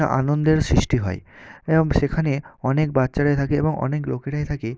আনন্দের সৃষ্টি হয় এবং সেখানে অনেক বাচ্চারাই থাকে এবং অনেক লোকেরাই থাকে